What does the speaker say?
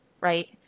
Right